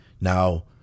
Now